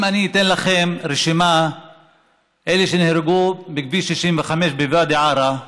אם אני אתן לכם רשימה של אלה שנהרגו בכביש 65 בוואדי עארה,